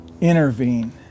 intervene